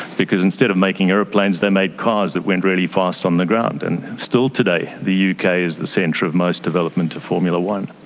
because instead of making aeroplanes they made cars that went really fast on the ground. and still today the yeah uk is the centre of most development of formula one.